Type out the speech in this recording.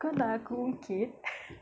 kau nak aku ungkit